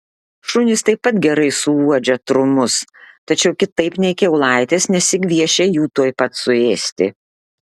šunys taip pat gerai suuodžia trumus tačiau kitaip nei kiaulaitės nesigviešia jų tuoj pat suėsti